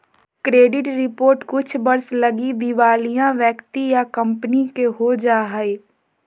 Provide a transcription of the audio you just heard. credit report कुछ वर्ष लगी दिवालिया व्यक्ति या कंपनी के हो जा हइ